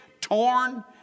torn